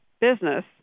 business